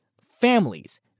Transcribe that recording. families